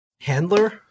Handler